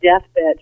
deathbed